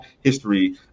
history